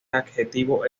adjetivo